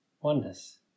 oneness